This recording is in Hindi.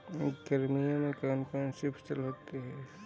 गर्मियों में कौन कौन सी फसल होती है?